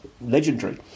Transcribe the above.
legendary